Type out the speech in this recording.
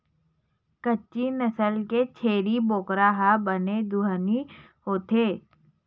कच्छी नसल के छेरी बोकरा ह बने दुहानी होथे